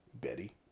Betty